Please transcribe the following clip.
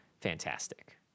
fantastic